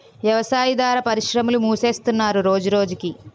వ్యవసాయాదార పరిశ్రమలు మూసేస్తున్నరు రోజురోజకి